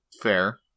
fair